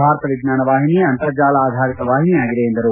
ಭಾರತ ವಿಜ್ಞಾನ ವಾಹಿನಿ ಅಂತರ್ಜಾಲ ಆಧಾರಿತ ವಾಹಿನಿಯಾಗಿದೆ ಎಂದರು